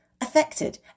affected